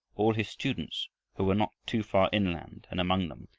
all his students who were not too far inland, and among them,